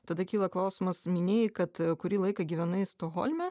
tada kyla klausimas minėjai kad kurį laiką gyvenai stokholme